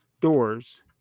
doors